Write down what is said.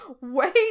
Wait